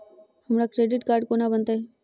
हमरा credit card कोना बनतै?